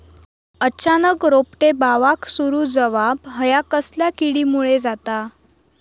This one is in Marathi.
अचानक रोपटे बावाक सुरू जवाप हया कसल्या किडीमुळे जाता?